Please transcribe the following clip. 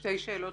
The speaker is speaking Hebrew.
שתי שאלות